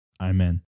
Amen